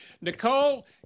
Nicole